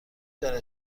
دانی